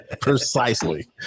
precisely